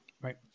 Right